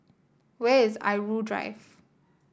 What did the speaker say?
where is Irau Drive